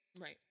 Right